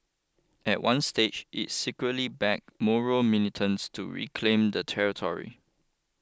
at one stage it secretly backed Moro militants to reclaim the territory